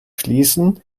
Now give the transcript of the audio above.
schließen